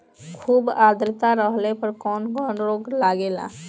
खुब आद्रता रहले पर कौन कौन रोग लागेला?